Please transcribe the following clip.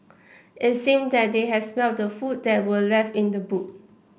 it seemed that they had smelt the food that were left in the boot